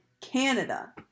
Canada